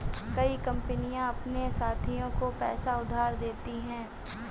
कई कंपनियां अपने साथियों को पैसा उधार देती हैं